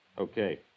Okay